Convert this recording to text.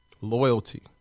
loyalty